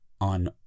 on